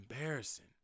embarrassing